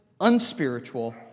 unspiritual